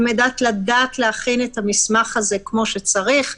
על מנת לדעת להכין את המסמך הזה כמו שצריך.